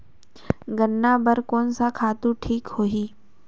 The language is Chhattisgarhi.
गन्ना बार कोन सा खातु ठीक होही?